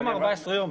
בתום ה-14 ימים.